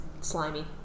slimy